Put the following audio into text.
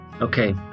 Okay